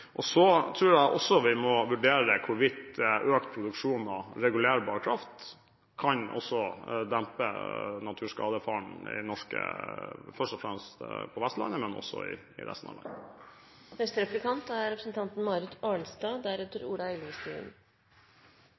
Så tror jeg også vi må vurdere hvorvidt økt produksjon av regulerbar kraft kan dempe naturskadefaren, først og fremst på Vestlandet, men også i resten av landet. Senterpartiet mener at Enova reelt sett svekkes når det gjelder neste års oppgaver og budsjett. Det er